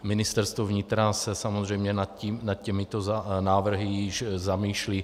Ministerstvo vnitra se samozřejmě nad těmito návrhy již zamýšlí.